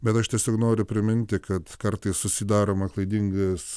bet aš tiesiog noriu priminti kad kartais susidaroma klaidingas